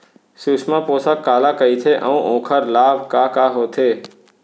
सुषमा पोसक काला कइथे अऊ ओखर लाभ का का होथे?